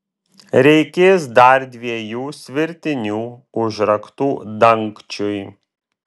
reikės dar dviejų svirtinių užraktų dangčiui